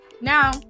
Now